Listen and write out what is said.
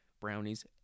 brownies